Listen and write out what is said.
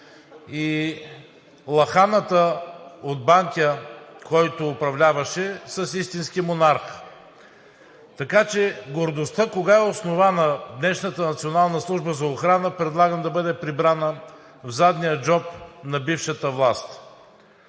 и „уаханата“ от Банкя, който управляваше, с истински монарх. Така че гордостта кога е основана днешната Национална служба за охрана предлагам да бъде прибрана в задния джоб на бившата власт.